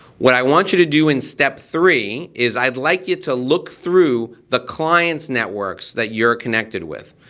what i want you to do in step three is i'd like you to look through the clients' networks that you're connected with.